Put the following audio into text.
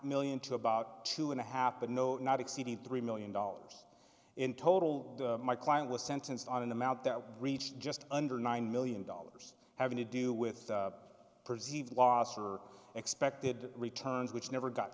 million to about two and a half but no not exceeding three million dollars in total my client was sentenced on an amount that reached just under nine million dollars having to do with perceived loss or expected returns which never got